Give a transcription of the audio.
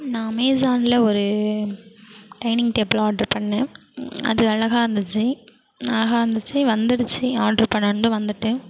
நான் அமேசானில்ஒரு dining table order பண்ணேன் அது அழகாக இருந்துச்சு அழகாக இருந்துச்சு வந்துடுச்சு ஆட்ரு பண்ணுனது வந்துட்டு